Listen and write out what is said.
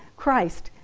christ,